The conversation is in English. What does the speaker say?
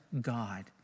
God